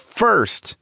first